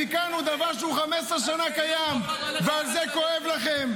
תיקנו דבר שהוא 15 שנה קיים, ועל זה כואב לכם.